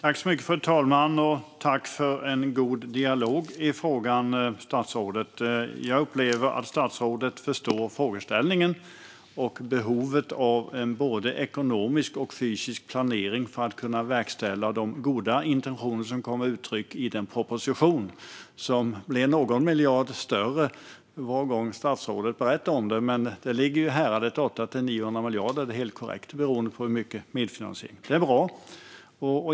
Fru talman! Tack för en god dialog i frågan, statsrådet! Jag upplever att statsrådet förstår frågeställningen och behovet av en ekonomisk och fysisk planering för att man ska kunna verkställa de goda intentioner som kommer till uttryck i den proposition som blir någon miljard större för var gång statsrådet berättar om den. Det ligger i häradet 800-900 miljarder - det är helt korrekt - beroende på hur mycket medfinansiering det är. Det är bra.